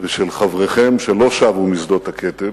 ושל חבריכם שלא שבו משדות הקטל.